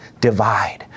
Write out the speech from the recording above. divide